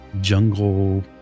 jungle